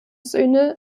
söhne